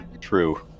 True